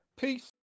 Peace